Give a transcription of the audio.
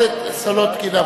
חברת הכנסת סולודקין,